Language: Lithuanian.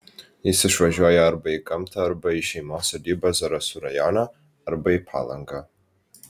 jis išvažiuoja arba į gamtą arba į šeimos sodybą zarasų rajone arba į palangą